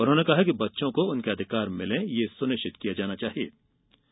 उन्होंने कहा कि बच्चों को उनके अधिकार मिलें यह सुनिश्चित किया जाना चाहिये